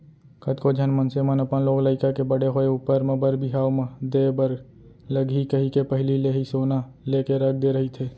कतको झन मनसे मन अपन लोग लइका के बड़े होय ऊपर म बर बिहाव म देय बर लगही कहिके पहिली ले ही सोना लेके रख दे रहिथे